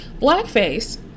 blackface